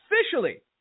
officially